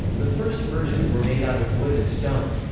the first versions were made out of wood and stone.